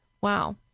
Wow